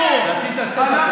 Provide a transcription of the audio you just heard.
קשור לגזענות?